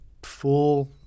Full